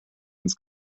ins